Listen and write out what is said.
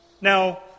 Now